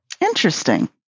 Interesting